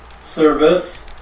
service